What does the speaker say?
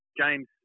James